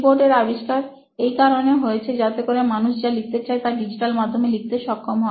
keyboard এর আবিষ্কার এই কারণে হয়েছে যাতে করে মানুষ যা লিখতে চায় তা ডিজিটাল মাধ্যমে লিখতে সক্ষম হয়